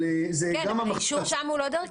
כן, אבל האישור שם הוא לא דרככם.